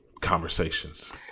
conversations